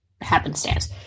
happenstance